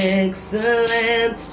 excellent